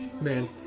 man